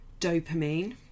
dopamine